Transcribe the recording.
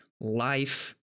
life